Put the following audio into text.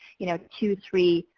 you know, two, three,